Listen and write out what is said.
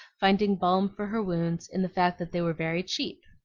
finding balm for her wounds in the fact that they were very cheap.